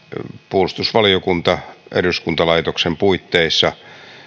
puolustusvaliokunta eduskuntalaitoksen puitteissa